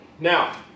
Now